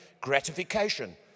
gratification